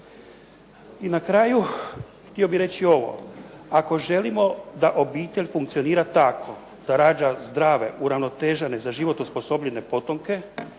I na kraju htio bih reći ovo, ako želimo da obitelj funkcionira tako da rađa zdrave, uravnotežene za život osposobljene potomke,